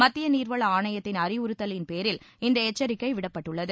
மத்திய நீர்வள ஆணையத்தின் அழிவுறுத்தலின்பேரில் இந்த எச்சிக்கை விடப்பட்டுள்ளது